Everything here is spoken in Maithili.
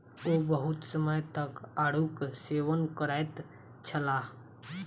ओ बहुत समय तक आड़ूक सेवन करैत छलाह